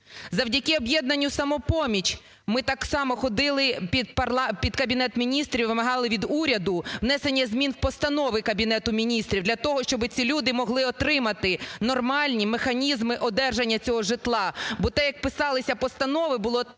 Завдяки "Об'єднанню "Самопоміч" ми так само ходили під Кабінет Міністрів, вимагали від уряду внесення змін в постанови Кабінету Міністрів для того, щоби ці люди могли отримати нормальні механізми одержання цього житла.